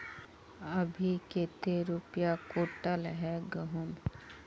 अभी कते रुपया कुंटल है गहुम?